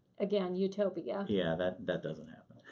again, utopia. yeah. yeah that that doesn't happen.